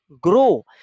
grow